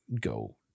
go